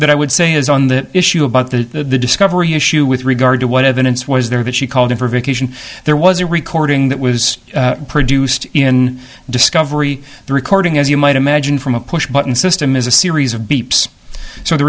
that i would say is on that issue about the discovery issue with regard to what evidence was there that she called in for vacation there was a recording that was produced in discovery the recording as you might imagine from a pushbutton system is a series of beeps so the